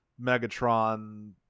Megatron